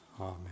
Amen